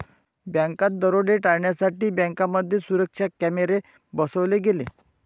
बँकात दरोडे टाळण्यासाठी बँकांमध्ये सुरक्षा कॅमेरे बसवले गेले